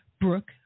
Brooke